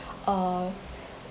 uh